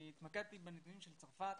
אני התמקדתי בנתונים של צרפת